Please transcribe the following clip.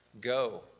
Go